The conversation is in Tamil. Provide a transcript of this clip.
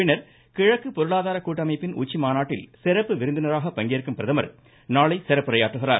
பின்னர் கிழக்கு பொருளாதார கூட்டமைப்பின் உச்சிமாநாட்டில் சிறப்பு விருந்தினராக பங்கேற்கும் பிரதமர் நாளை சிறப்புரையாற்றுகிறார்